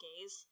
gaze